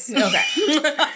Okay